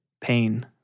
Pain